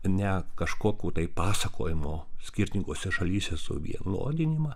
ne kažkokio taip pasakojimo skirtingose šalyse suvienodinimą